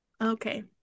Okay